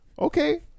Okay